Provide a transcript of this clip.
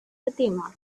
fatima